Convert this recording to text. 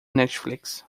netflix